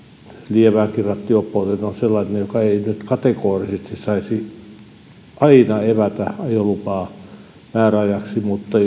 lieväänkin rattijuoppouteen on sellainen joka ei nyt kategorisesti saisi aina evätä ajolupaa määräajaksi mutta